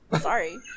sorry